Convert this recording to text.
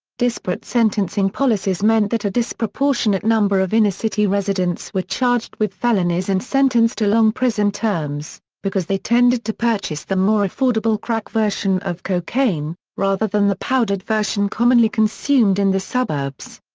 disparate sentencing policies meant that a disproportionate number of inner city residents were charged with felonies and sentenced to long prison terms, because they tended to purchase the more affordable crack version of cocaine, rather than the powdered version commonly consumed in the suburbs.